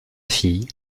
fille